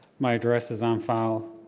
my address is on file.